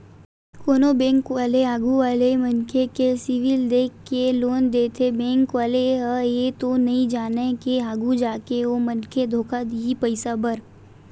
कोनो बेंक वाले आघू वाले मनखे के सिविल देख के लोन देथे बेंक वाले ह ये तो नइ जानय के आघु जाके ओ मनखे धोखा दिही पइसा बर